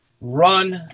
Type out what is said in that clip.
run